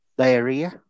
diarrhea